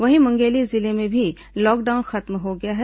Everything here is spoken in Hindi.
वहीं मुंगेली जिले में भी लॉकडाउन खत्म हो गया है